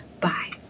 Bye